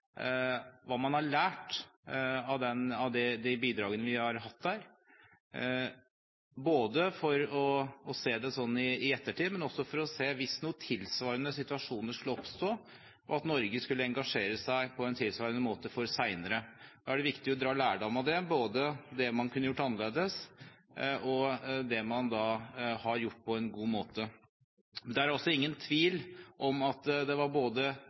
hva man har lært av de bidragene vi har hatt der – for å se det i ettertid, men også hvis tilsvarende situasjoner skulle oppstå og Norge skulle engasjere seg på en tilsvarende måte senere. Da er det viktig å dra lærdom av det, både det man kunne gjort annerledes, og det man har gjort på en god måte. Det er heller ingen tvil om at det er både